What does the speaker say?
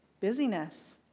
Busyness